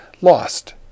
Lost